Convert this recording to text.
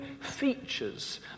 features